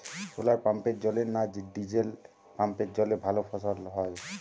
শোলার পাম্পের জলে না ডিজেল পাম্পের জলে ভালো ফসল হয়?